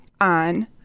on